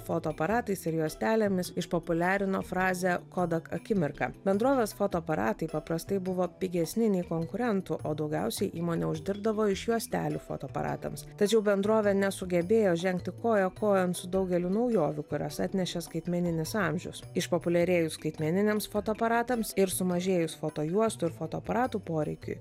fotoaparatais ir juostelėmis išpopuliarino frazę kodak akimirka bendrovės fotoaparatai paprastai buvo pigesni nei konkurentų o daugiausiai įmonė uždirbdavo iš juostelių fotoaparatams tačiau bendrovė nesugebėjo žengti koja kojon su daugeliu naujovių kurias atnešė skaitmeninis amžius išpopuliarėjus skaitmeniniams fotoaparatams ir sumažėjus fotojuostų ir fotoaparatų poreikiui